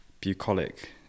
bucolic